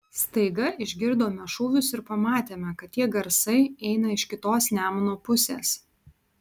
staiga išgirdome šūvius ir pamatėme kad tie garsai eina iš kitos nemuno pusės